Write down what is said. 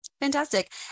Fantastic